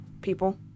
People